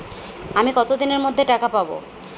আমি কতদিনের মধ্যে টাকা পাবো?